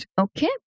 okay